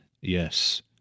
Yes